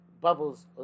bubbles